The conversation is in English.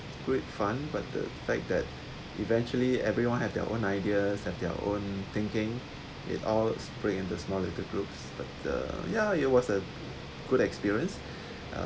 great fun but the fact that eventually everyone have their own ideas have their own thinking it all split in the small little groups but the ya it was a good experience